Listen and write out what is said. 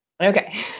Okay